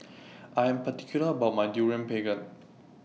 I Am particular about My Durian Pengat